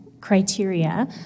criteria